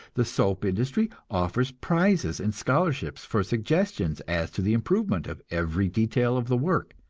the soap industry offers prizes and scholarships for suggestions as to the improvement of every detail of the work,